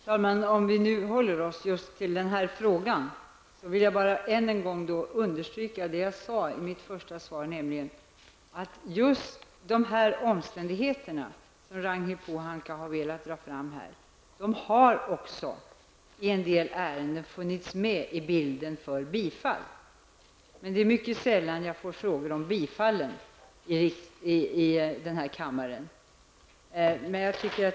Herr talman! Om vi nu håller oss just till den här frågan, vill jag än en gång understryka det som jag sade i första svar, nämligen att de omständigheter, som Ragnhild Pohanka har tagit upp, också har funnits med i bilden när en del ansökningar har bifallits. Men det är mycket sällan som jag får frågor kring bifallen.